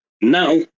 Now